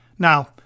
Now